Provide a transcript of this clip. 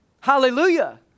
Hallelujah